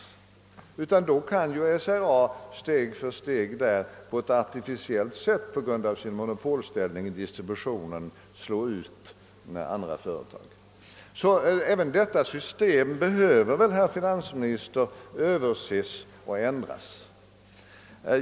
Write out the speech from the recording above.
SRA kan steg för steg på ett artificiellt sätt på grund av sin monopolställning i distributionen slå ut andra företag. även detta system behöver väl, herr finansminister, överses och ändras.